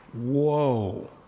whoa